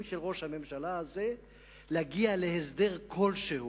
של ראש הממשלה הזה להגיע להסדר כלשהו,